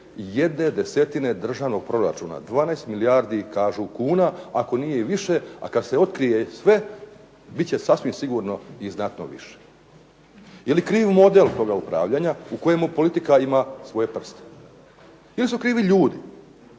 jedne desetine državnog proračuna, 12 milijardi kažu kuna, ako nije i više. A kada se otkrije sve, bit će sasvim sigurno i znatno više. Je li kriv model toga upravljanja u kojemu politika ima svoje prste? Ili su krivi ljudi,